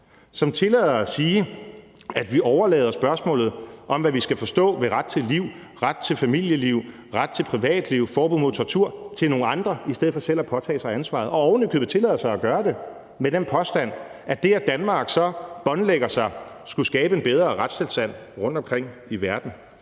som tillader, at vi overlader spørgsmål om, hvad vi skal forstå ved ret til liv, ret til familieliv, ret til privatliv og forbud mod tortur, til nogle andre i stedet for selv at påtage sig ansvaret og ovenikøbet tillader sig at gøre det med den påstand, at det, at Danmark så båndlægger sig, skulle skabe en bedre retstilstand rundtomkring i verden.